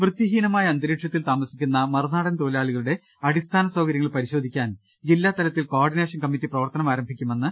വൃത്തിഹീനമായ അന്തരീക്ഷത്തിൽ താമസിക്കുന്ന മറുനാടൻ തൊഴിലാളികളുടെ അടിസ്ഥാന സൌകര്യങ്ങൾ പരിശോധിക്കാൻ ജില്ലാ തലത്തിൽ കോ ഓർഡിനേഷൻ കമ്മറ്റി പ്രവർത്തനം ആരംഭിക്കുമെന്ന്